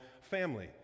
family